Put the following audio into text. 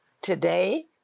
today